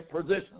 position